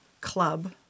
club